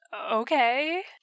okay